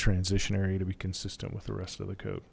transitionary to be consistent with the rest of the code